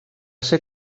ser